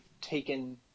taken